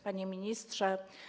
Panie Ministrze!